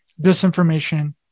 disinformation